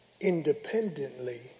independently